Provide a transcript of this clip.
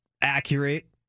accurate